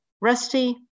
Rusty